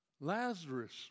Lazarus